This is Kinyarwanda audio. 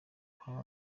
hhhh